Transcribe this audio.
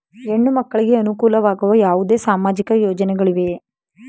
ಹೆಣ್ಣು ಮಕ್ಕಳಿಗೆ ಅನುಕೂಲವಾಗುವ ಯಾವುದೇ ಸಾಮಾಜಿಕ ಯೋಜನೆಗಳಿವೆಯೇ?